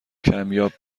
کمیاب